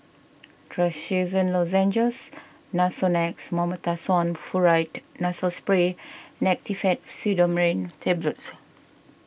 Trachisan Lozenges Nasonex Mometasone Furoate Nasal Spray and Actifed Pseudoephedrine Tablets